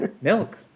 Milk